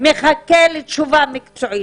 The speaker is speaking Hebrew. מחכה לתשובה מקצועית?